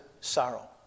sorrow